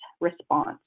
response